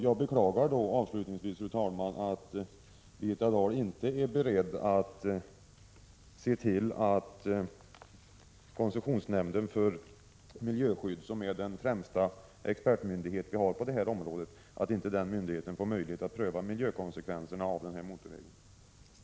Jag beklagar, fru talman, att Birgitta Dahl inte är beredd att se till att koncessionsnämnden för miljöskydd, som är den främsta expertmyndighet Prot. 1986/87:14 som vi har på detta område, får möjlighet att pröva miljökonsekvenserna av 23 oktober 1986 denna motorväg.